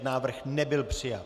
Návrh nebyl přijat.